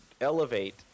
elevate